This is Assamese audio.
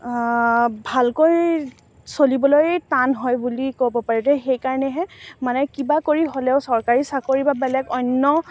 ভালকৈ চলিবলৈ টান হয় বুলি ক'ব পাৰিতো সেইকাৰণেহে মানে কিবা কৰি হ'লেও চৰকাৰী চাকৰি বা বেলেগ অন্য